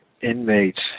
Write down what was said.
inmates